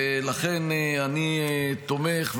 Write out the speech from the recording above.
ולכן אני תומך,